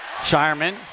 Shireman